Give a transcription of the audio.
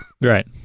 Right